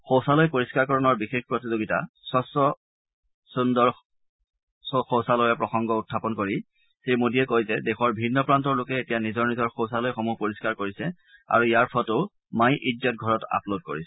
শৌচালয় পৰিষ্ণাৰকৰণৰ বিশেষ প্ৰতিযোগিতা স্বচ্ছ সুন্দৰ শৌচালয়ৰ প্ৰংসগ উত্থাপনেৰে শ্ৰীমোদীয়ে কয় যে দেশৰ ভিন্ন প্ৰান্তৰ লোকে এতিয়া নিজৰ নিজৰ শৌচালয়সমূহ পৰিষ্ণাৰ কৰিছে আৰু ইয়াৰ ফটো মাই ইজ্জত ঘৰত আপলোড কৰিছে